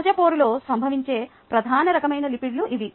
సహజ పొరలో సంభవించే ప్రధాన రకమైన లిపిడ్లు ఇవి